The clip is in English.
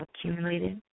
accumulated